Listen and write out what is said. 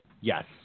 Yes